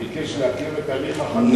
שביקש לעכב את הליך החקיקה,